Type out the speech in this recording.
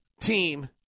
team